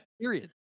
Period